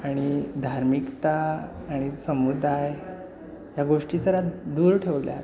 आणि धार्मिकता आणि समुदाय ह्या गोष्टी जर आज दूर ठेवल्या